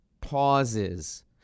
pauses